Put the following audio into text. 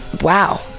wow